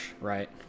right